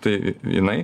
tai jinai